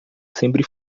sempre